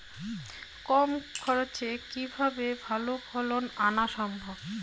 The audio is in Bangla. কম খরচে কিভাবে ভালো ফলন আনা সম্ভব?